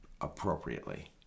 appropriately